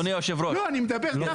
לא אני מדבר תכלס.